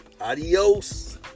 Adios